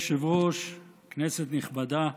אדוני היושב-ראש, כנסת נכבדה,